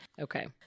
Okay